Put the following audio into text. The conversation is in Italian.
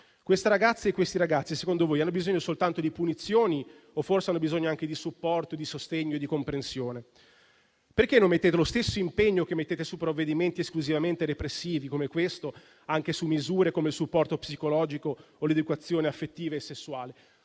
Queste ragazze e questi ragazzi, secondo voi, hanno bisogno soltanto di punizioni o forse hanno bisogno anche di supporto, di sostegno e di comprensione? Perché non mettete lo stesso impegno che mettete su provvedimenti esclusivamente repressivi come questo, anche su misure come il supporto psicologico o l'educazione affettiva e sessuale?